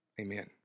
Amen